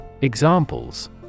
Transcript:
Examples